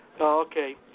okay